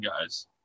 guys